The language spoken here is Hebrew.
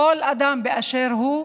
כל אדם באשר הוא,